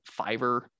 fiverr